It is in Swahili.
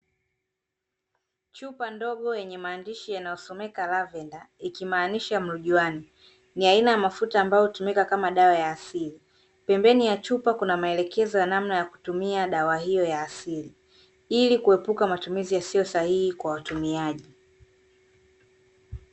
Chupa ndogo yenye maandishi yanayosomeka lavenda, ikimaanisha mrujuani. Ni aina ya mafuta ambayo hutumika kama dawa ya asili, pembeni ya chupa kuna maelekezo ya namna ya kutumia dawa hiyo ya asili, Ili kuepuka matumizi yasiyo sahihi kwa watumiaji.